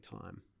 time